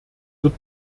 wird